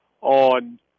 on